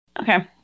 Okay